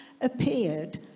Appeared